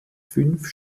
fünf